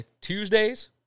Tuesdays